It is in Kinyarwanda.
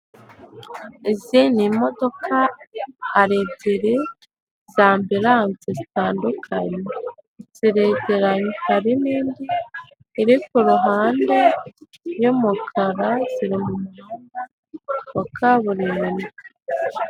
Ubu rero n'uburyo umuntu yishyura akoresheje ikoranabuhanga nawe urabona rwose imyirondoro y'iwe amazina, nimero za konte ndetse n'ibindi byinshi bitandukanye ushobora kwishyura rero utumiza ibintu hanze cyangwa mu kindi gihugu.